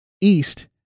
East